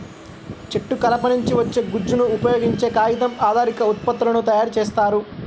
చెట్టు కలప నుంచి వచ్చే గుజ్జును ఉపయోగించే కాగితం ఆధారిత ఉత్పత్తులను తయారు చేస్తారు